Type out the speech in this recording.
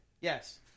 Yes